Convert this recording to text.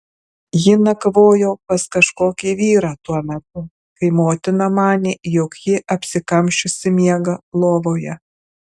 ji nakvojo pas kažkokį vyrą tuo metu kai motina manė jog ji apsikamšiusi miega lovoje